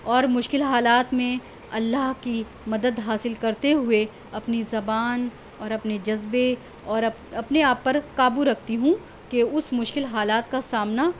اور مشکل حالات میں اللہ کی مدد حاصل کرتے ہوئے اپنی زبان اور اپنے جذبے اور اپنے آپ پر قابو رکھتی ہوں کہ اس مشکل حالات کا سامنا